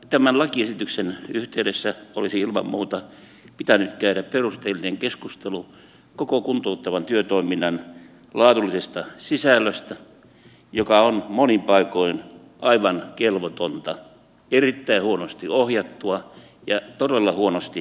tämän lakiesityksen yhteydessä olisi ilman muuta pitänyt käydä perusteellinen keskustelu koko kuntouttavan työtoiminnan laadullisesta sisällöstä joka on monin paikoin aivan kelvotonta erittäin huonosti ohjattua ja todella huonosti motivoivaa